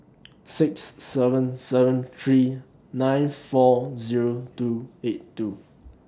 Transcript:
six seven seven three nine four Zero two eight two